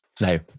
No